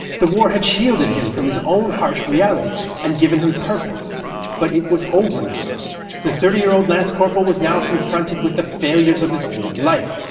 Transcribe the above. the war had shielded him from his own harsh reality, and given him purpose but it was over. the thirty year old lance corporal was now confronted with the failures of his old life,